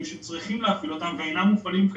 שצריכים להפעיל אותם ואינם מופעלים כיום.